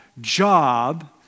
job